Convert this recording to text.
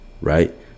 right